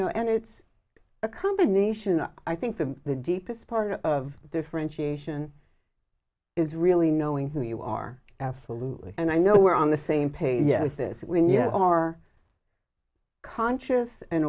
know and it's a combination of i think the the deepest part of differentiation is really knowing who you are absolutely and i know we're on the same page yes this is when you are conscious and